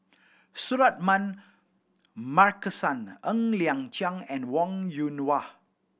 Suratman Markasan Ng Liang Chiang and Wong Yoon Wah